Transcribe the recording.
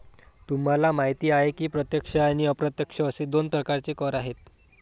तुम्हाला माहिती आहे की प्रत्यक्ष आणि अप्रत्यक्ष असे दोन प्रकारचे कर आहेत